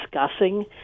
discussing